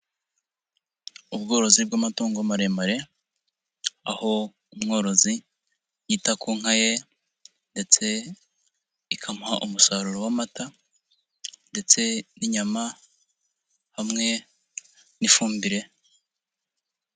Ubworozi bw'amatungo maremare, aho umworozi yita ku nka ye ndetse ikamuha umusaruro w'amata, ndetse n'inyama hamwe n'ifumbire.